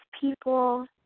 people